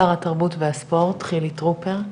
שר התרבות והספורט חילי טרופר.